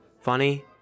Funny